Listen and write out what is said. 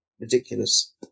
Ridiculous